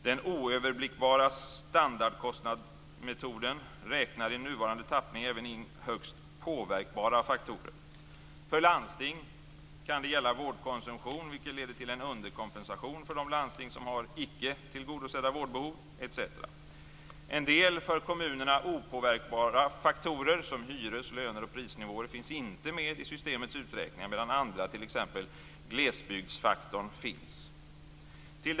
Den oöverblickbara standardkostnadsmetoden räknar i nuvarande tappning även in högst påverkbara faktorer. För landsting kan det gälla vårdkonsumtion, vilket leder till en underkompensation för de landsting som har icke tillgodosedda vårdbehov etc. En del för kommunerna opåverkbara faktorer som hyres-, löne och prisnivåer finns inte med i systemets uträkningar, medan andra, t.ex. glesbygdsfaktorn, finns.